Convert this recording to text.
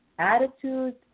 Attitude